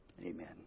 Amen